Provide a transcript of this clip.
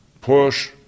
push